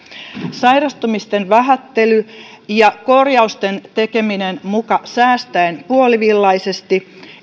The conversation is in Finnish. sairastumisten vähättely ja korjausten tekeminen muka säästäen puolivillaisesti